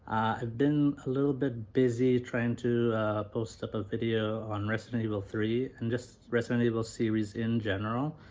i've been a little bit busy trying to post up a video on resident evil three and just resident evil series in general.